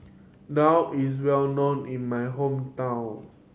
daal is well known in my hometown